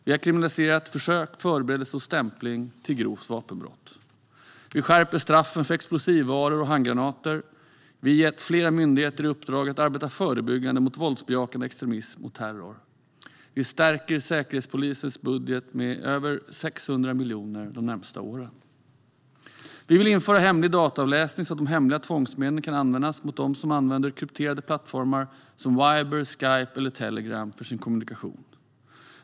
Vi har kriminaliserat försök, förberedelse och stämpling till grovt vapenbrott. Vi skärper straffen för explosivvaror och handgranater. Vi har gett fler myndigheter i uppdrag att arbeta förebyggande mot våldsbejakande extremism och terror. Vi stärker Säkerhetspolisens budget med över 600 miljoner de närmaste åren. Vi vill införa hemlig dataavläsning, så att de hemliga tvångsmedlen kan användas mot dem som använder krypterade plattformar som Viber, Skype eller Telegram för sin kommunikation.